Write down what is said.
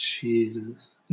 Jesus